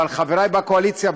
ועל חברי בקואליציה,